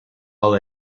all